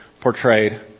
portrayed